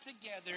together